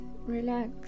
relax